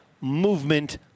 movement